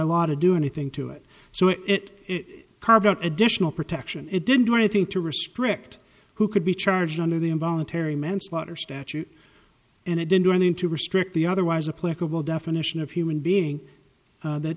law to do anything to it so it additional protection it didn't do anything to restrict who could be charged under the involuntary manslaughter statute and it didn't do anything to restrict the otherwise a pleasurable definition of human being